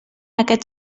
aquest